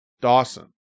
Dawson